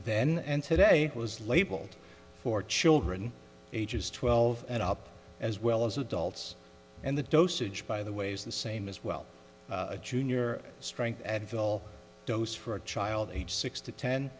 then and today was labeled for children ages twelve and up as well as adults and the dosage by the way is the same as well a junior strength advil dose for a child age six to ten